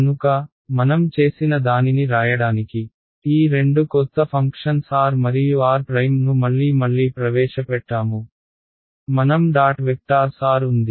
కనుక మనం చేసిన దానిని రాయడానికి ఈ రెండు కొత్త ఫంక్షన్స్ r మరియు r ను మళ్ళీ మళ్ళీ ప్రవేశపెట్టాము మనం డాట్ వెక్టార్స్ r ఉంది